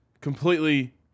Completely